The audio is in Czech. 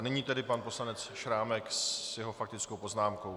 Nyní tedy pan poslanec Šrámek se svou faktickou poznámkou.